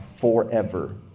forever